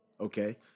Okay